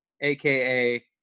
aka